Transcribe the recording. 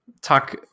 Talk